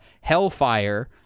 Hellfire